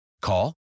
Call